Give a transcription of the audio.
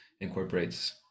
incorporates